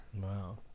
Wow